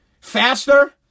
faster